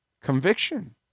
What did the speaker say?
Conviction